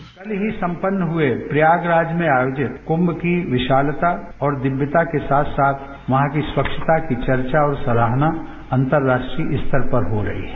bite कल ही संपन्न हुए प्रयागराज में आयोजित कुंभ की विशालता और दिव्यता के साथ साथ वहां की स्दच्छता की चर्चा और सराहना अंतर्राष्ट्रीय स्तर पर हो रही है